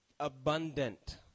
abundant